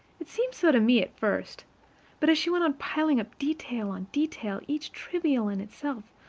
it seemed so to me at first but as she went on piling up detail on detail each trivial in itself,